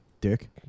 dick